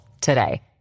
today